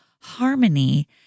harmony